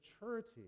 maturity